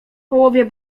połowie